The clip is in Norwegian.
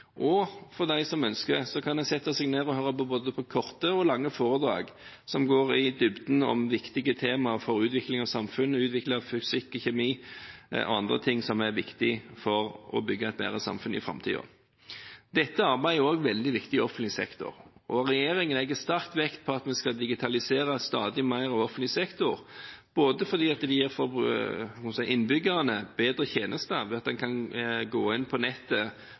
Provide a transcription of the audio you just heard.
og for dem som ønsker det, kan en sette seg ned og høre på både korte og lange foredrag som går i dybden om temaer som er viktige for utviklingen av samfunnet – utvikle fysikk og kjemi og andre ting som er viktige for å bygge et bedre samfunn i framtiden. Dette arbeidet er også veldig viktig i offentlig sektor. Regjeringen legger sterkt vekt på at vi skal digitalisere stadig mer av offentlig sektor, fordi det gir innbyggerne bedre tjenester ved at en kan gå inn på nettet